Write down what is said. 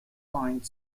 find